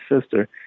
sister